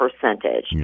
percentage